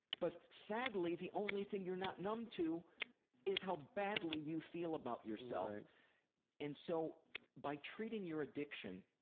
but sadly the only thing you're not numb to is how badly you feel about yourself and so by treating your addiction,